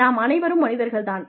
நாம் அனைவரும் மனிதர்கள் தான்